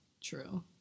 True